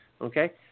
okay